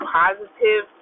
positive